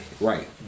Right